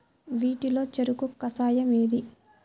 వీటిలో చెరకు కషాయం ఏది?